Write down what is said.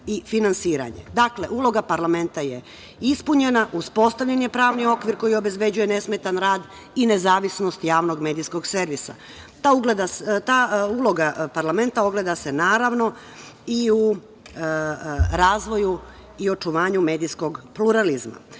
i finansiranje. Dakle, uloga parlamenta je ispunjena, uspostavljen je pravni okvir koji obezbeđuje nesmetan rad i nezavisnost javnog medijskog servisa. Ta uloga parlamenta ogleda se, naravno, i u razvoju i očuvanju medijskog pluralizma. Zakon